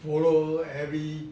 follow every